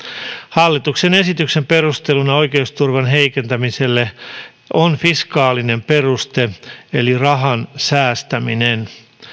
hallituksen esityksen perusteluna oikeusturvan heikentämiselle on fiskaalinen peruste eli rahan säästäminen